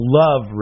love